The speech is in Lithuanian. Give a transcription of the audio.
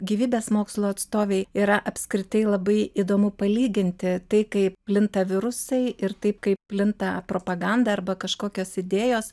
gyvybės mokslų atstovei yra apskritai labai įdomu palyginti tai kaip plinta virusai ir taip kaip plinta propaganda arba kažkokios idėjos